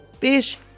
fish